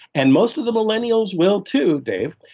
and most of the millennials will too, dave.